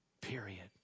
period